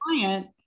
client